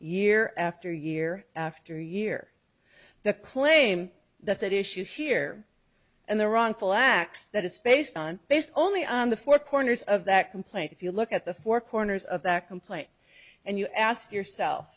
year after year after year the claim that's at issue here and the wrongful acts that it's based on based only on the four corners of that complaint if you look at the four corners of that complaint and you ask yourself